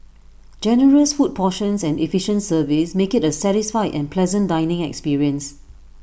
generous food portions and efficient service make IT A satisfied and pleasant dining experience